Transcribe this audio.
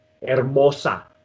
Hermosa